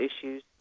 issues